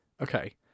Okay